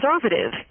conservative